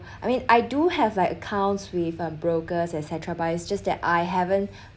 I mean I do have like accounts with uh brokers etcetera but it's just that I haven't